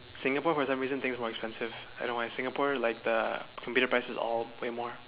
Singapore for some reason things are more expensive I don't know why Singapore like the computer prices is all way more